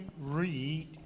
read